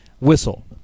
whistle